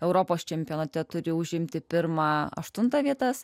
europos čempionate turi užimti pirmą aštuntą vietas